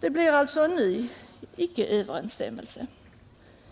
Det blir alltså en ny icke-överensstämmelse.